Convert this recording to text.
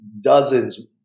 dozens